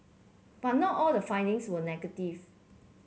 but not all the findings were negative